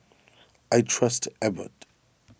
I trust Abbott